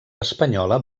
espanyola